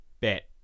bet